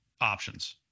options